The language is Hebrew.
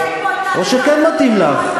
או שכן מתאים לך.